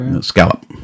Scallop